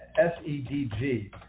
S-E-D-G